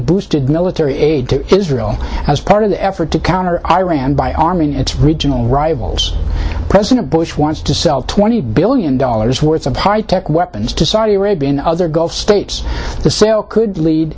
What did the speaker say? boosted military aid to israel as part of the effort to counter iran by arming its regional rivals president bush wants to sell twenty billion dollars worth of high tech weapons to saudi arabia and other gulf states the sale could lead